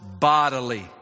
bodily